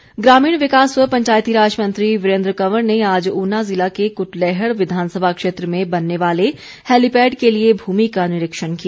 helipad निरीक्षण ग्रामीण विकास व पंचायती राज मंत्री वीरेन्द्र कंवर ने आज ऊना जिला के कुटलैहड़ विधानसभा क्षेत्र में बनने वाले हैलीपैड के लिए भूमि का निरीक्षण किया